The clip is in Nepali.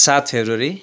सात फेब्रुअरी